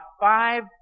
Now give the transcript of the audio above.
five